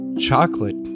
Chocolate